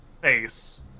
face